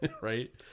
right